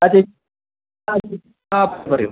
അതെ അതെ ആ പറയൂ